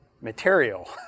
material